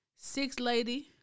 Six-lady